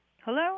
Hello